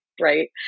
right